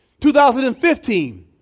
2015